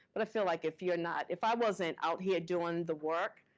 but i feel like if you're not, if i wasn't out here doing the work,